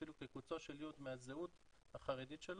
אפילו כקוצו של יוד מהזהות החרדית שלו.